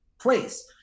place